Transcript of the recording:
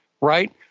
Right